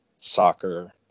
soccer